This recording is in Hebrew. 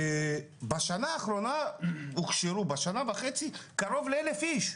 בשנה וחצי האחרונות הוכשרו קרוב ל-1,000 איש.